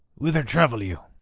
whither travel you?